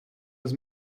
was